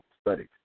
studies